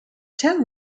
ten